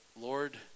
Lord